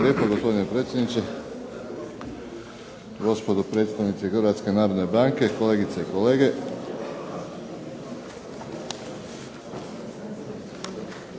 lijepo gospodine predsjedniče. Gospodo predstavnici Hrvatske narodne banke, kolegice i kolege.